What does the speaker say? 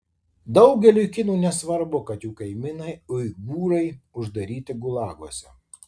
daugeliui kinų nesvarbu kad jų kaimynai uigūrai uždaryti gulaguose